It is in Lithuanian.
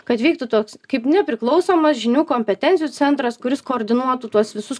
kad vyktų toks kaip nepriklausomas žinių kompetencijų centras kuris koordinuotų tuos visus